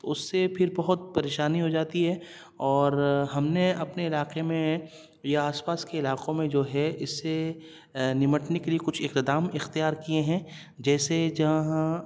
اس سے پھر بہت پریشانی ہو جاتی ہے اور ہم نے اپنے علاقے میں یا آس پاس کے علاقوں میں جو ہے اس سے نمٹنے کے لیے کچھ اقتدام اختیار کیے ہیں جیسے جہاں